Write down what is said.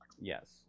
Yes